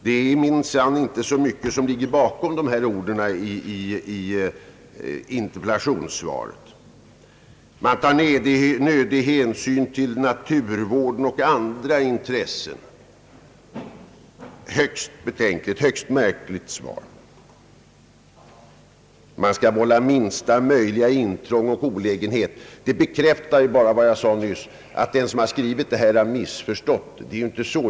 Det är minsann inte så mycket som ligger bakom dessa ord i interpellaiionssvaret. Man tar »nödig hänsyn till naturvården och andra intressen», heter det vidare. Högst märkligt, må jag säga. Man skall vålla »minsta möjliga intrång och olägenhet». Men detta bekräftar bara vad jag nyss sade att den som skrivit detta har missförstått situationen.